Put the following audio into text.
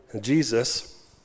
Jesus